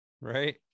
Right